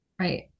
Right